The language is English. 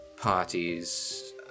parties